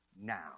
now